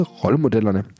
rollemodellerne